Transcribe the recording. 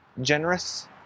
generous